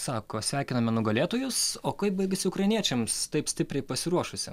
sako sveikiname nugalėtojus o kaip baigėsi ukrainiečiams taip stipriai pasiruošusiems